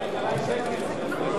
למה אין רשת פלורוסנטים?